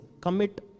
Commit